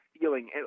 feeling